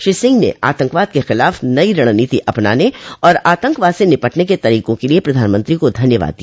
श्री सिंह ने आतंकवाद के खिलाफ नइ रणनीति अपनाने और आतंकवाद से निपटने के तरीकों के लिए प्रधानमंत्री को धन्यवाद दिया